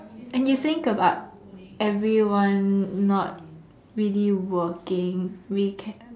and you think about everyone not really working we can